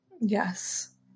Yes